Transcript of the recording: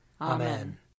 Amen